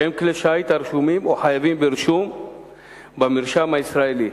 שהם כלי שיט הרשומים או החייבים ברישום במרשם הישראלי.